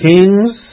Kings